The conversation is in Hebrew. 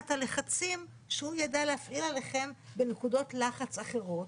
בלחצים שהוא ידע להפעיל עליכם בנקודות לחץ אחרות,